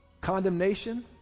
condemnation